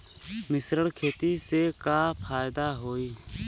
मिश्रित खेती से का फायदा होई?